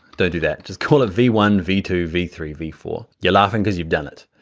don't do that. just call it v one, v two, v three, v four. you're laughing because you've done it.